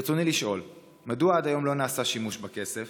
ברצוני לשאול: 1. מדוע עד היום לא נעשה שימוש בכסף?